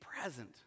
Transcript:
present